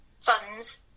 funds